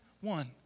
One